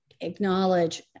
acknowledge